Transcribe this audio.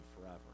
forever